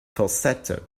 falsetto